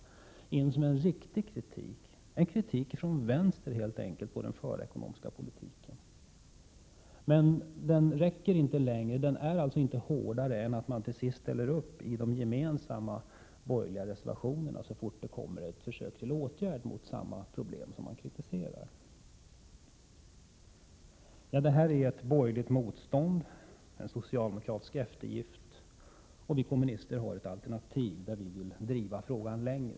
Det är helt enkelt en kritik från vänster mot den förda ekonomiska politiken. Men den är alltså inte hårdare än att man till sist ställer upp i de gemensamma borgerliga reservationerna så fort det kommer ett försök till åtgärd mot samma problem som man kritiserar. Förslaget har alltså mött ett borgerligt motstånd och är att anse som en socialdemokratisk eftergift. Vi kommunister har ett alternativ, där vi vill driva frågan längre.